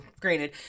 granted